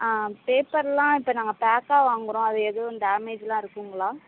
ஆ பேப்பர்லாம் இப்போ நாங்கள் பேக்காக வாங்குகிறோம் அது எதுவும் டேமேஜ்லாம் இருக்குதுங்களா